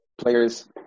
players